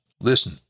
Listen